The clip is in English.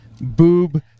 boob